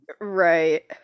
Right